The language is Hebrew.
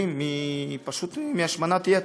פשוט סובלים מהשמנת יתר.